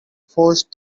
forced